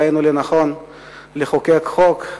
ראינו לנכון לחוקק חוק,